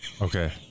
Okay